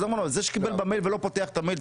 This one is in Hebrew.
זה שקיבל במייל לא פותח את המייל,